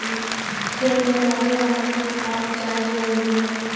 खेत में लगे वाला कीट का उपचार जरूरी हई